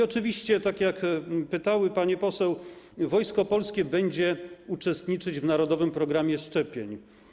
Oczywiście tak jak pytały panie poseł, Wojsko Polskie będzie uczestniczyć w narodowym programie szczepień.